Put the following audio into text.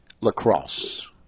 lacrosse